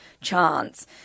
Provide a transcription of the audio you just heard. chance